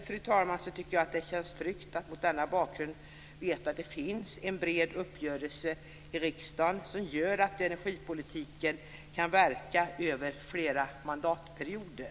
Mot denna bakgrund tycker jag att det känns tryggt att veta det finns en bred uppgörelse i riksdagen som gör att energipolitiken kan verka över flera mandatperioder.